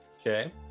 Okay